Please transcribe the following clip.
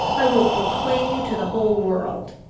i will proclaim you to the whole world,